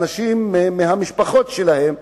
אנשים מהמשפחות שלהם,